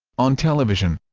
on television